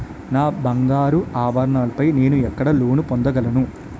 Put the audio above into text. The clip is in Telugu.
నా బంగారు ఆభరణాలపై నేను ఎక్కడ లోన్ పొందగలను?